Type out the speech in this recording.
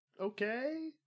okay